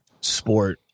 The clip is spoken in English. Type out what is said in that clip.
sport